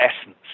essence